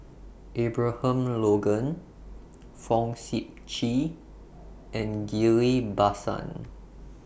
Abraham Logan Fong Sip Chee and Ghillie BaSan